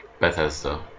Bethesda